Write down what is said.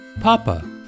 PAPA